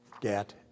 get